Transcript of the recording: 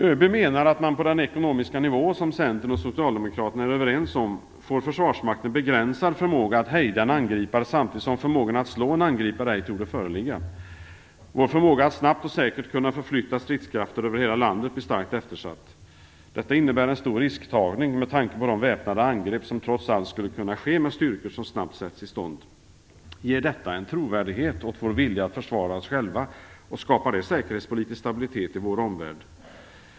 ÖB menar att på den ekonomiska nivå som Centern och Socialdemokraterna är överens om får Försvarsmakten begränsad förmåga att hejda en angripare samtidigt som förmåga att slå en angripare inte torde föreligga. Vår förmåga att snabbt och säkert förflytta stridskrafter över hela landet blir starkt eftersatt. Detta innebär en stor risktagning med tanke på de väpnade angrepp som trots allt skulle kunna ske med styrkor som snabbt sätts i stånd. Ger detta trovärdighet åt vår vilja att försvara oss själva, och skapar det säkerhetspolitisk stabilitet i vår omvärld?